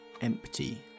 empty